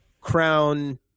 Crown